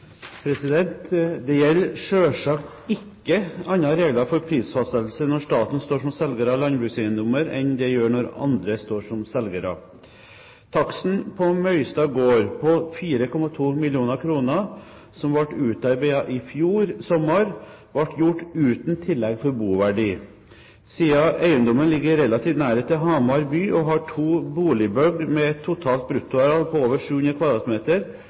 Det gjelder selvsagt ikke andre regler for prisfastsettelse når staten står som selger av landbrukseiendommer, enn det gjør når andre står som selgere. Taksten på Møystad gård på 4,2 mill. kr, som ble utarbeidet i fjor sommer, ble gjort uten tillegg for boverdi. Siden eiendommen ligger i relativ nærhet til Hamar by og har to boligbygg med et totalt bruttoareal på over 700